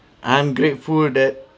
I'm grateful that